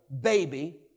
baby